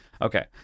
Okay